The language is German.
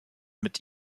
mit